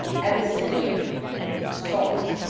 abyssinia salt.